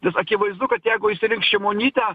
nes akivaizdu kad jeigu išsirinks šimonytę